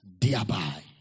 thereby